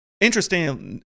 interestingly